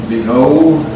Behold